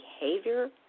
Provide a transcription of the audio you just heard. behavior